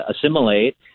assimilate